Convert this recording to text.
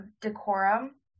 decorum